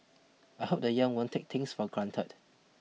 I hope the young won't take things for granted